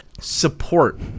support